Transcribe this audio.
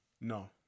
no